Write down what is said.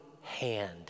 hand